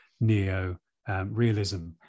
neo-realism